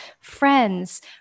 friends